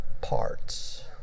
parts